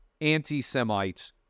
anti-Semites